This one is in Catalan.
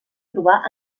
trobar